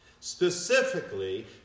Specifically